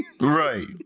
Right